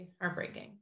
heartbreaking